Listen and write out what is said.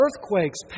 earthquakes